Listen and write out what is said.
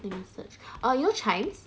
let me search oh you know chijmes